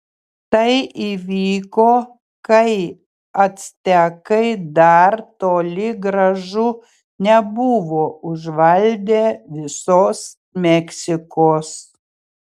tai įvyko kai actekai dar toli gražu nebuvo užvaldę visos meksikos